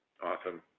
Awesome